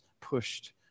pushed